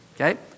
Okay